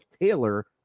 Taylor